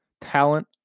talent